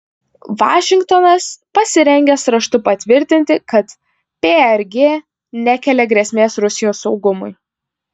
vašingtonas pasirengęs raštu patvirtinti kad prg nekelia grėsmės rusijos saugumui